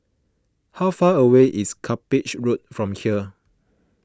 how far away is Cuppage Road from here